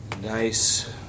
Nice